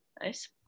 Nice